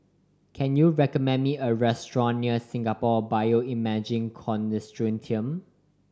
can you recommend me a restaurant near Singapore Bioimaging Consortium